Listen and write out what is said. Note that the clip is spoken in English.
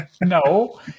No